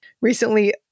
recently